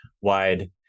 wide